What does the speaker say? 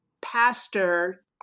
pastor